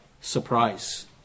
surprise